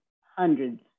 hundreds